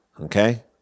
Okay